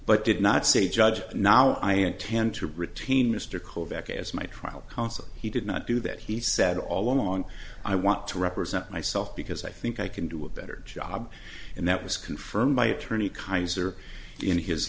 but did not say judge now i intend to retain mr corvet as my trial counsel he did not do that he said all along i want to represent myself because i think i can do a better job and that was confirmed by attorney kaiser in his